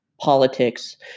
politics